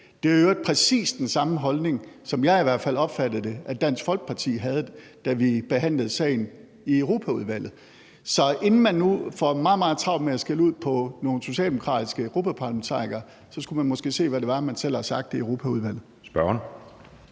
i øvrigt præcis den samme holdning – sådan opfattede jeg det i hvert fald – som Dansk Folkeparti havde, da vi behandlede sagen i Europaudvalget. Så inden man nu får meget, meget travlt med at skælde ud på nogle socialdemokratiske europaparlamentarikere, skulle man måske se, hvad det var, man selv havde sagt i Europaudvalget.